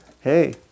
hey